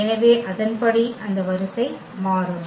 எனவே அதன்படி அந்த வரிசை மாறும்